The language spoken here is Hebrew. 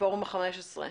מפורום ה-15,